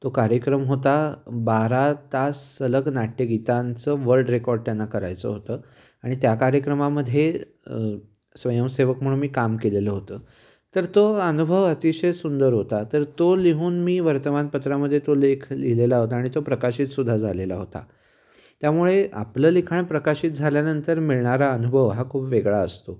तो कार्यक्रम होता बारा तास सलग नाट्यगीतांचं वर्ल्ड रेकॉर्ड त्यांना करायचं होतं आणि त्या कार्यक्रमामध्ये स्वयंसेवक म्हणून मी काम केलेलं होतं तर तो अनुभव अतिशय सुंदर होता तर तो लिहून मी वर्तमानपत्रामध्ये तो लेख लिहिलेला होता आणि तो प्रकाशित सुुद्धा झालेला होता त्यामुळे आपलं लिखाण प्रकाशित झाल्यानंतर मिळणारा अनुभव हा खूप वेगळा असतो